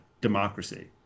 democracy